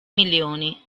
milioni